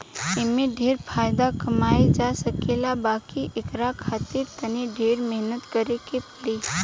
एमे ढेरे फायदा कमाई जा सकेला बाकी एकरा खातिर तनी ढेरे मेहनत करे के पड़ी